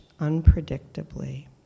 unpredictably